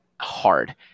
hard